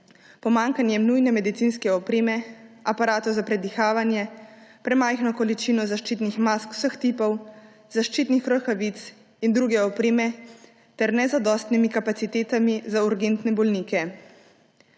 pomanjkanjem nujne medicinske opreme, aparatov za predihavanje, premajhno količino zaščitnih mask vseh tipov, zaščitnih rokavic in druge opreme ter nezadostnimi kapacitetami za urgentne bolnike.